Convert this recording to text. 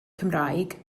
cymraeg